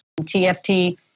TFT